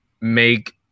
make